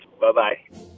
Bye-bye